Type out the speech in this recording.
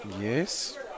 Yes